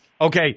Okay